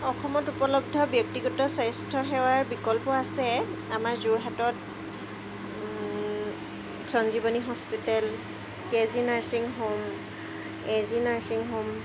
অসমত উপলব্ধ ব্যক্তিগত স্বাস্থ্য সেৱাৰ বিকল্প আছে আমাৰ যোৰহাটত Sanjivani hospital K G nursing home A G nursing home